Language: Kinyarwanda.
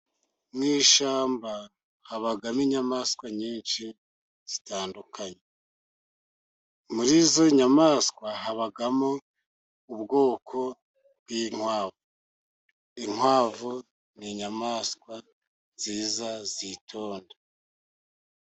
Mu ishyamba habamo inyamaswa nyinshi zitandukanye. muri izo nyamaswa habamo ubwoko bw'inkwavu. Inkwavu ni inyamaswa nziza zitonda.